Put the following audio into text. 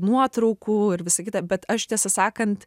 nuotraukų ir visa kita bet aš tiesą sakant